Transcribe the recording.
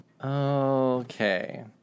okay